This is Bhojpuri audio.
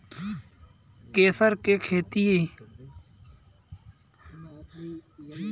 फसल बीमा किसान के संकट के कम करे आउर किसान के बढ़ावा देवे खातिर होला